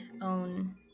own